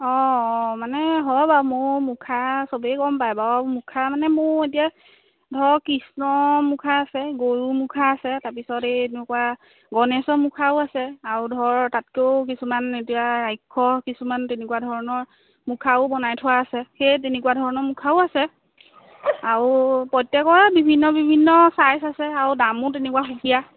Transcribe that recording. অঁ মানে হয় বাৰু মোৰ মুখা চবেই গম পায় বাৰু মুখা মানে মোৰ এতিয়া ধৰক কৃষ্ণৰ মুখা আছে গৰুৰ মুখা আছে তাৰপিছত এই তেনেকুৱা গণেশৰ মুখাও আছে আৰু ধৰক তাতকেও কিছুমান এতিয়া ৰাক্ষস কিছুমান তেনেকুৱা ধৰণৰ মুখাও বনাই থোৱা আছে সেই তেনেকুৱা ধৰণৰ মুখাও আছে আৰু প্ৰত্যেকৰ বিভিন্ন বিভিন্ন চাইজ আছে আৰু দামো তেনেকুৱা সূকীয়া